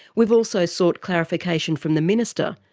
we've also sought clarification from the minister,